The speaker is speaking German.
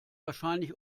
wahrscheinlich